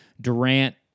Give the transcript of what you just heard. Durant